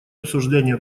обсуждение